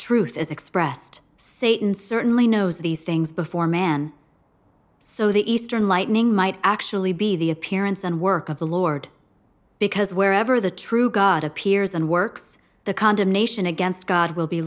truth is expressed satan certainly knows these things before man so the eastern lightning might actually be the appearance and work of the lord because wherever the true god appears and works the condemnation against god will be